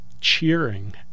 cheering